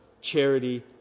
charity